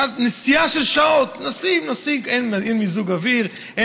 נסיעה של שעות, נוסעים, נוסעים.